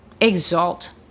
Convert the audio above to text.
exalt